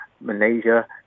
Malaysia